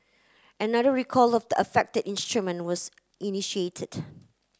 another recall of the affected instrument was initiated